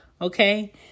okay